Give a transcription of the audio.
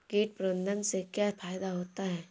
कीट प्रबंधन से क्या फायदा होता है?